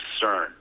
concern